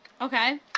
Okay